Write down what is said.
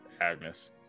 Agnes